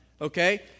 okay